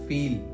Feel